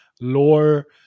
lore